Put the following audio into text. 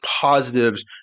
positives